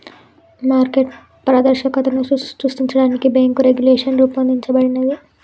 market పారదర్శకతను సృష్టించడానికి bank regulation రూపొందించబడినాది